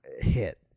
hit